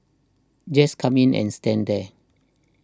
just come in and stand there